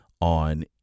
On